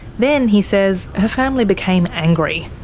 then, he says, her family became angry.